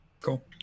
cool